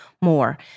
more